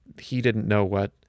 he-didn't-know-what